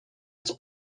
its